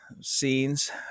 scenes